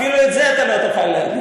אפילו את זה אתה לא תוכל להגיד.